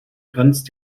grenzt